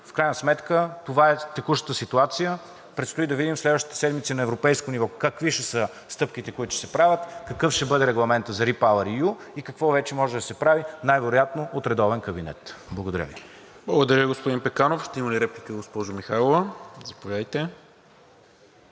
в крайна сметка това е текущата ситуация. Предстои да видим следващата седмица и на европейско ниво какви ще са стъпките, които ще се правят, какъв ще бъде Регламентът за REPowerEU и какво вече може да се прави, най-вероятно от редовен кабинет. Благодаря Ви. ПРЕДСЕДАТЕЛ НИКОЛА МИНЧЕВ: Благодаря, господин Пеканов. Ще има ли реплика, госпожо Михайлова? Заповядайте.